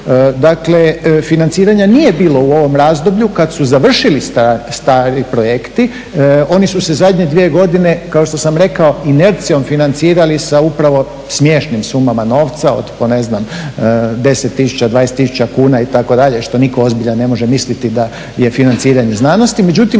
Dakle, financiranja nije bilo u ovom razdoblju kad su završili stari projekti. Oni su se zadnje dvije godine kao što sam rekao inercijom financirali sa upravo smiješnim sumama novca od po ne znam 10 tisuća, 20 tisuća kuna itd., što nitko ozbiljan ne može misliti da je financiranje znanosti.